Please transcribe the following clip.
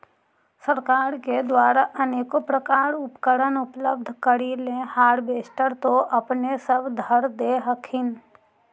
सरकार के द्वारा अनेको प्रकार उपकरण उपलब्ध करिले हारबेसटर तो अपने सब धरदे हखिन?